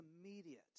immediate